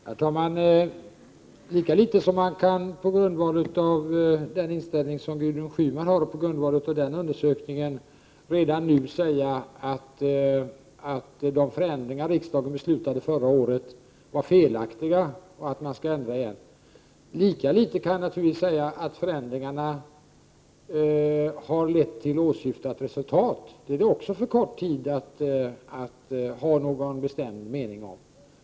Herr talman! Lika litet som man på grundval av den inställning som Gudrun Schyman har och på grundval av den undersökning som hon åberopar redan nu kan säga att de förändringar som riksdagen fattade beslut om förra året var felaktiga och att vi därför nu bör göra förändringar igen, lika litet kan man säga att förändringarna har lett till åsyftat resultat. Inte heller om det kan man ha någon bestämd mening efter så kort tid.